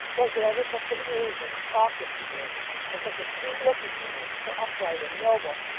was there ever such an angel to talk as he is and such a sweet-looking man! so upright and noble,